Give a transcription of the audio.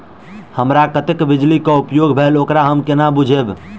हमरा कत्तेक बिजली कऽ उपयोग भेल ओकर हम कोना बुझबै?